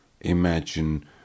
imagine